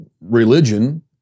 religion